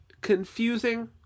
confusing